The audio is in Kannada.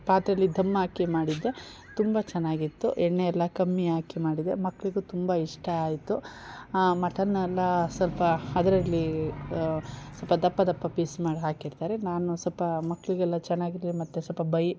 ಪಾತ್ರೆಲ್ಲಿ ದಮ್ ಹಾಕಿ ಮಾಡಿದ್ದೆ ತುಂಬ ಚೆನ್ನಾಗಿತ್ತು ಎಣ್ಣೆಯಲ್ಲ ಕಮ್ಮಿ ಹಾಕಿ ಮಾಡಿದೆ ಮಕ್ಕಳಿಗೂ ತುಂಬ ಇಷ್ಟ ಆಯ್ತು ಮಟನ್ ಅಲ್ಲ ಸ್ವಲ್ಪ ಅದರಲ್ಲಿ ಸ್ವಲ್ಪ ದಪ್ಪ ದಪ್ಪ ಪೀಸ್ ಮಾಡಿ ಹಾಕಿರ್ತಾರೆ ನಾನು ಸ್ವಲ್ಪ ಮಕ್ಕಳಿಗೆಲ್ಲ ಚೆನ್ನಾಗಿರಲಿ ಮತ್ತೆ ಸ್ವಲ್ಪ ಬೇಯ